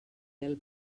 del